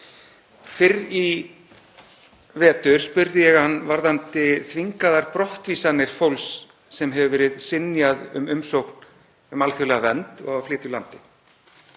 Fyrr í vetur spurði ég hann varðandi þvingaðar brottvísanir fólks sem hefur verið synjað um alþjóðlega vernd og á að flytja úr landi.